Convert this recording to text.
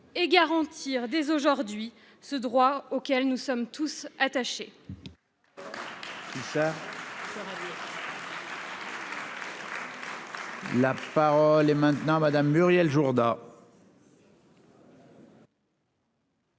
et garantir, dès aujourd'hui, ce droit auquel nous sommes tous attachés.